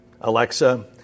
Alexa